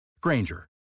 Granger